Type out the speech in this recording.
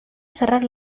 cerrar